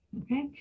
okay